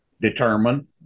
determine